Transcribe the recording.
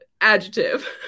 Adjective